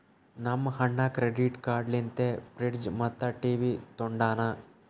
ನಮ್ ಅಣ್ಣಾ credit card ಲಿಂತೆ ಫ್ರಿಡ್ಜ್ ಮತ್ತ ಟಿವಿ ತೊಂಡಾನ